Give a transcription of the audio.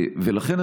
לכן,